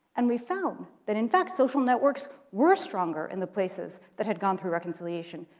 and we found that in fact, social networks were stronger in the places that had gone through reconciliation.